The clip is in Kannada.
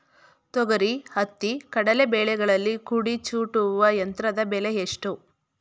ತೊಗರಿ, ಹತ್ತಿ, ಕಡಲೆ ಬೆಳೆಗಳಲ್ಲಿ ಕುಡಿ ಚೂಟುವ ಯಂತ್ರದ ಬೆಲೆ ಎಷ್ಟು?